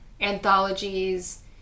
anthologies